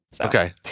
Okay